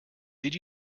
did